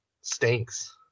stinks